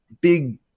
big